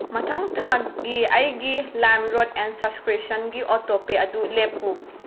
ꯃꯊꯪ ꯊꯥꯒꯤ ꯑꯩꯒꯤ ꯂꯥꯏꯝꯔꯣꯠ ꯑꯦꯟ ꯁꯁꯀ꯭ꯔꯤꯁꯟꯒꯤ ꯑꯣꯇꯣꯄꯦ ꯑꯗꯨ ꯂꯦꯞꯄꯨ